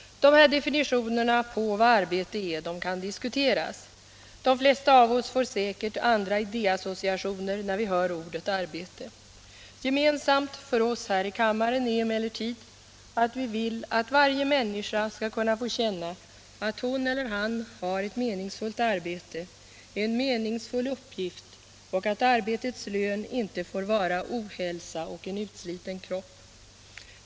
Dessa definitioner på vad arbete är kan diskuteras. De flesta av oss får säkert andra idéassociationer när vi hör ordet arbete. Gemensamt för oss här i kammaren är emellertid att vi vill att varje människa skall få känna att hon eller han har ett meningsfullt arbete, en meningsfull uppgift, och att arbetets lön inte får vara ohälsa och en utsliten kropp.